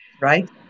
right